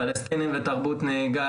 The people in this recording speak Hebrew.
פלסטינים ותרבות נהיגה,